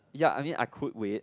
yup I mean I could wait